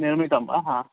निर्मितं वा हा